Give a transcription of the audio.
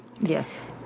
Yes